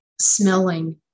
smelling